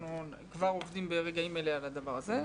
-- אנחנו כבר ברגעים אלה עובדים על הדבר הזה.